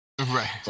right